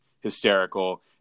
hysterical